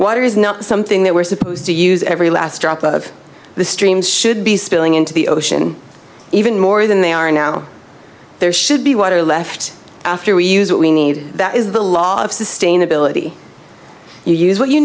water is not something that we're supposed to use every last drop out of the streams should be spilling into the ocean even more than they are now there should be water left after we use what we need that is the law of sustainability you use what you